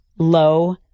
low